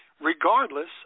regardless